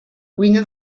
cuina